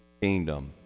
kingdom